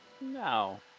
No